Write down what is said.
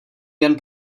jen